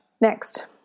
Next